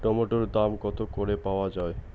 টমেটোর দাম কত করে পাওয়া যায়?